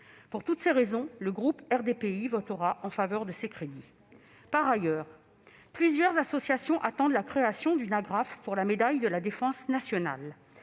Pour toutes ces raisons, le groupe RDPI votera en faveur de ces crédits. Par ailleurs, plusieurs associations attendent la création d'une agrafe pour la médaille de la défense nationale.